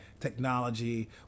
technology